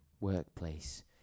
workplace